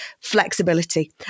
flexibility